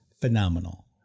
phenomenal